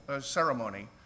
ceremony